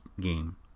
game